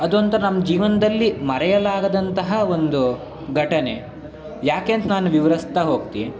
ಅದೊಂಥರ ನಮ್ಮ ಜೀವನದಲ್ಲಿ ಮರೆಯಲಾಗದಂತಹ ಒಂದು ಘಟನೆ ಯಾಕೆ ಅಂತ ನಾನು ವಿವರಿಸ್ತಾ ಹೋಗ್ತಿ